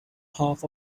half